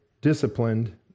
disciplined